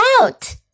out